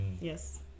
yes